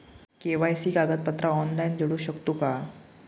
KYC कागदपत्रा online जोडू शकतू का?